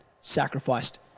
sacrificed